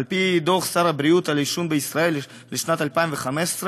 על-פי דוח של שר הבריאות על העישון בישראל משנת 2015,